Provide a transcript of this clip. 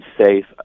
safe